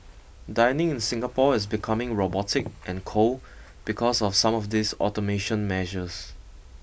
dining in Singapore is becoming robotic and cold because of some of these automation measures